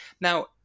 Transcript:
now